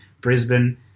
Brisbane